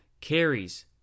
carries